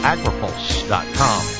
Agripulse.com